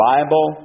Bible